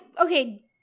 okay